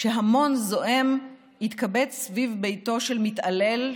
כשהמון זועם התקבץ סביב ביתו של מתעלל,